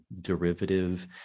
derivative